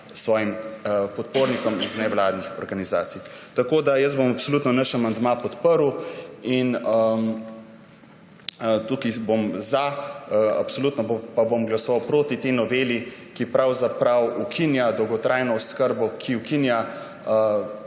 svojim podpornikom iz nevladnih organizacij. Jaz bom absolutno naš amandma podprl in tukaj bom za. Absolutno pa bom glasoval proti tej noveli, ki pravzaprav ukinja dolgotrajno oskrbo, ki ukinja